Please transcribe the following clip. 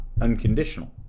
unconditional